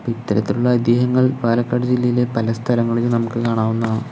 അപ്പോൾ ഇത്തരത്തിലുള്ള ഐതിഹ്യങ്ങൾ പാലക്കാട് ജില്ലയിലെ പല സ്ഥലങ്ങളിലും നമുക്ക് കാണാവുന്നതാണ്